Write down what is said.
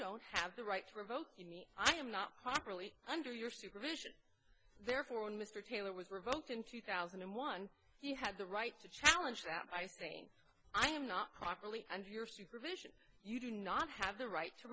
don't have the right to revoke i am not properly under your supervision therefore when mr taylor was revoked in two thousand and one you had the right to challenge that by saying i am not properly and your supervision you do not have the right to